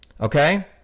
okay